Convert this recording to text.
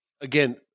again